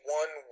one